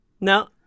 No